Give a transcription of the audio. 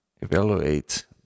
evaluate